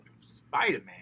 Spider-Man